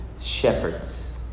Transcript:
shepherds